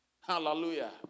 Hallelujah